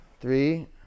Three